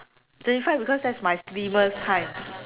thirty five because that is my slimmest time